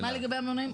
אז מה לגבי המלונאים?